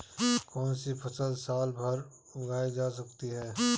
कौनसी फसल साल भर उगाई जा सकती है?